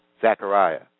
Zechariah